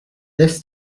this